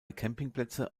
campingplätze